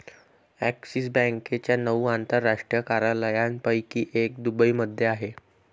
axis बँकेच्या नऊ आंतरराष्ट्रीय कार्यालयांपैकी एक दुबईमध्ये आहे